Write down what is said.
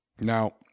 Now